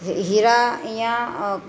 હીરા અહીંયાં